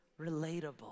relatable